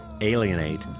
alienate